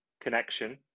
connection